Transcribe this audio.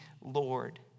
Lord